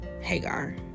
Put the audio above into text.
Hagar